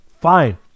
fine